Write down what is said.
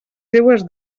seues